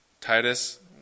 Titus